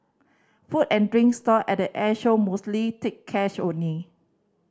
food and drink stall at the Airshow mostly take cash only